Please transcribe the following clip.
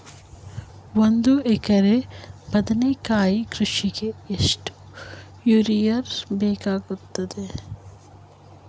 ಒಂದು ಎಕರೆ ಬದನೆಕಾಯಿ ಕೃಷಿಗೆ ಎಷ್ಟು ಯೂರಿಯಾ ಬೇಕಾಗುತ್ತದೆ?